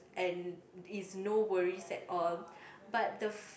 and it's no worries at all but the